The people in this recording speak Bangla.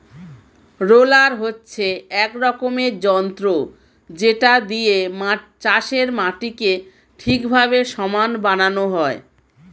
রোলার হচ্ছে এক রকমের যন্ত্র যেটা দিয়ে চাষের মাটিকে ঠিকভাবে সমান বানানো হয়